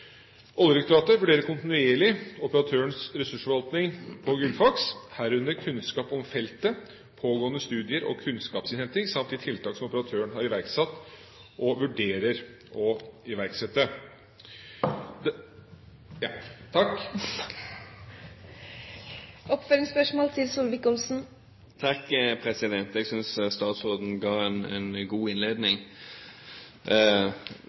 Oljedirektoratet vurderer kontinuerlig operatørens ressursforvaltning på Gullfaks, herunder kunnskap om feltet, pågående studier og kunnskapsinnhenting samt de tiltak som operatøren har iverksatt og vurderer å iverksette. Jeg synes statsråden hadde en god innledning. Utgangspunktet mitt i denne runden er at jeg